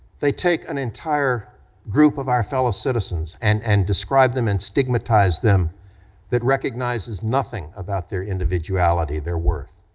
they take an entire group of our fellow citizens and and describe them and stigmatize them that recognizes nothing about their individuality, their worth.